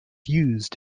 used